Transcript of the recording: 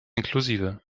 inklusive